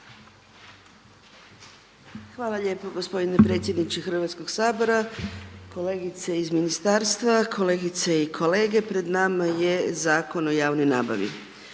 Hvala lijepo gospodine predsjedniče Hrvatskoga sabora, kolegice iz ministarstva, kolegice i kolege. Pred nama je Zakon o javnoj nabavi.